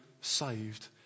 saved